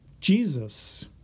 Jesus